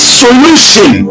solution